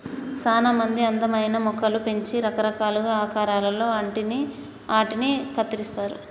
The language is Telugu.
సానా మంది అందమైన మొక్కలు పెంచి రకరకాలుగా ఆకారాలలో ఆటిని కత్తిరిస్తారు